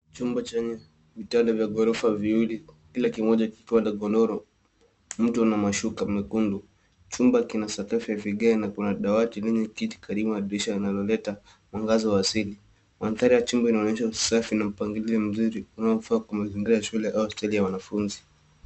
Chumba chenye vitanda vya gorofa viwili, kila kimoja kikiwa na godoro, mto na mashuka mekundu. Chumba kina sakafu ya vigae na kuna dawati lenye kiti karibu na dirisha linaloleta mwangaza wa asili. Mandhari ya chumba inaonyesha usafi na mpangilio mzuri unaofaa kwa mazingira ya shule au hosteli ya wanafunzi